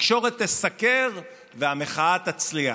התקשורת תסקר והמחאה תצליח.